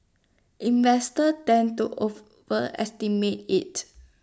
investors tend to overestimate IT